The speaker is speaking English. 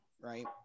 right